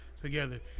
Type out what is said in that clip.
together